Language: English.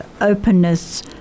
openness